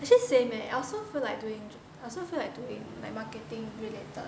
actually same leh I also feel like doing I also feel doing like marketing related